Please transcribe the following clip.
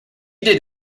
did